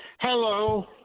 Hello